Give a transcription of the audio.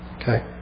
Okay